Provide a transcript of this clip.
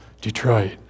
Detroit